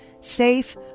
safe